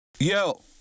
Yo